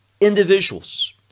individuals